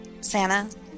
Santa